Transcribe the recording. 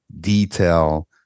detail